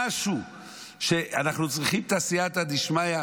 משהו שאנחנו צריכים את הסייעתא דשמיא.